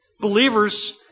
Believers